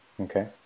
Okay